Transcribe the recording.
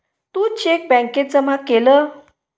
तू cheque बॅन्केत जमा केलं?